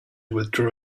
withdraw